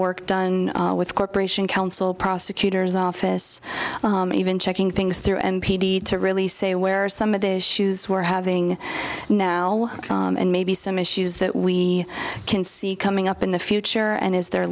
work done with corporation counsel prosecutors office even checking things through n p t to really say where are some of the issues we're having now and maybe some issues that we can see coming up in the future and is the